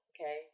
okay